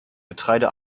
getreide